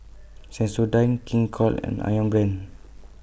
Sensodyne King Koil and Ayam Brand